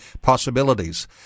possibilities